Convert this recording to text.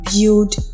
build